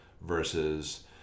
versus